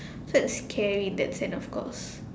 so it's scary in that sense of course